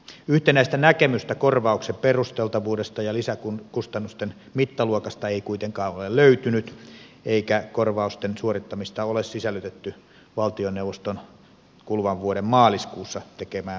yhtenäistä näkemystä korvauksen perusteltavuudesta ja lisäkustannusten mittaluokasta ei kuitenkaan ole löytynyt eikä korvausten suorittamista ole sisällytetty valtioneuvoston kuluvan vuoden maaliskuussa tekemään periaatepäätökseen